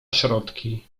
środki